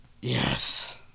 yes